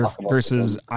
versus